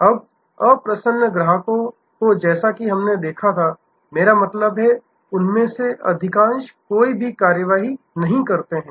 अब अप्रसन्न ग्राहकों को जैसा कि हमने देखा मेरा मतलब है कि उनमें से अधिकांश कोई भी कार्रवाई नहीं करते हैं